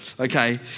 Okay